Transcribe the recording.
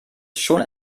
schon